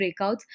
breakouts